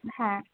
হ্যাঁ